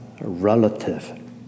relative